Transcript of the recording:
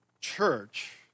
church